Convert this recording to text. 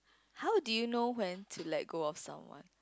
how did you know when to let go of someone